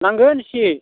नांगोन एसे